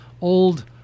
old